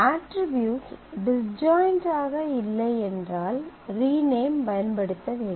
attributes disjoint ஆக இல்லை என்றால் ரீநேம் பயன்படுத்த வேண்டும்